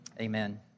Amen